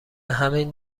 همین